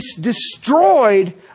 destroyed